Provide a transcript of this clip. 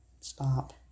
stop